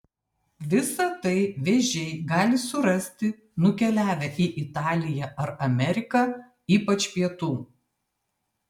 visa tai vėžiai gali surasti nukeliavę į italiją ar ameriką ypač pietų